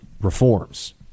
reforms